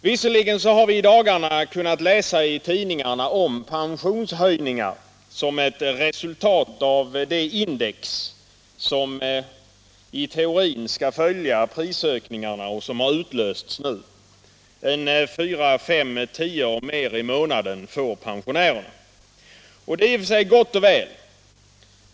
Visserligen har vi i dagarna kunnat läsa i tidningarna om pensionshöjningar som ett resultat av det index som i teorin skall följa prisökningarna och som nu har utlösts. Fyra fem tior mer i månaden får pensionären, och det är i och för sig gott och väl.